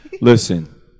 Listen